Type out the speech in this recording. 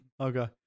Okay